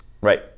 right